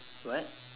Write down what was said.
what